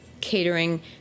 catering